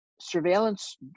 surveillance